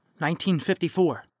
1954